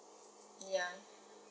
ya